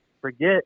forget